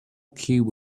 cube